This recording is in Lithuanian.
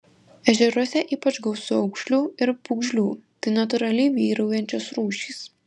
ežeruose ypač gausu aukšlių ir pūgžlių tai natūraliai vyraujančios rūšys